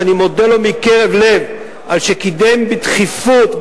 שאני מודה לו מקרב לב על שקידם בדחיפות,